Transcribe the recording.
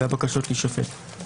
והבקשות להישפט.